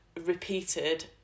repeated